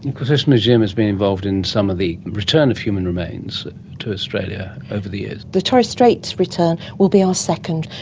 and course this museum has been involved in some of the return of human remains to australia over the years. the torres strait return will be our second.